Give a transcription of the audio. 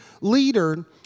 leader